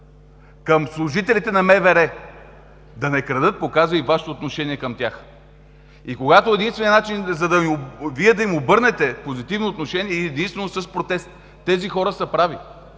към служителите на МВР да не крадат, показва и Вашето отношение към тях. Когато единственият начин Вие да им обърнете позитивно отношение единствено с протест, тези хора са прави,